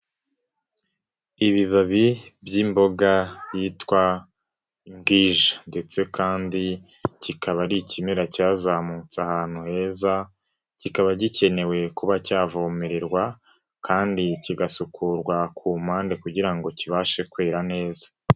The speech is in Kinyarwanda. Ibibabi by'imboga yitwa imbwija, ndetse kandi kikaba ari ikimera cyazamutse ahantu heza, kikaba gikenewe kuba cyavomererwa kandi kigasukurwa ku mpande kugira ngo kibashe kwera neza.